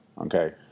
Okay